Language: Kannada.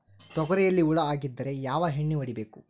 ತೊಗರಿಯಲ್ಲಿ ಹುಳ ಆಗಿದ್ದರೆ ಯಾವ ಎಣ್ಣೆ ಹೊಡಿಬೇಕು?